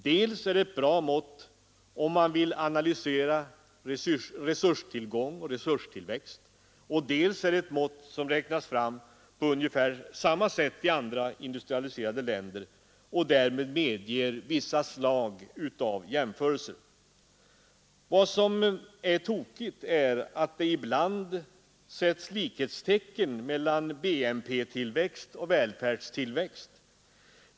Dels är det ett bra mått om man vill analysera resurstillgång och resurstillväxt, dels är det ett mått som räknats fram på ungefär samma sätt i andra industrialiserade länder och därmed medger vissa slag av jämförelser. Vad som är tokigt är att det ibland sätts likhetstecken mellan BNP-tillväxt och välfärdstillväxt.